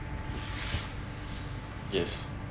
yes